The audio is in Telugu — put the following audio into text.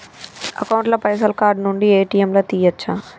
అకౌంట్ ల పైసల్ కార్డ్ నుండి ఏ.టి.ఎమ్ లా తియ్యచ్చా?